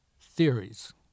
theories